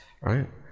right